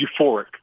euphoric